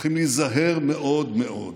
צריכים להיזהר מאוד מאוד.